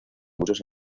muchos